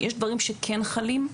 יש דברים שכן חלים.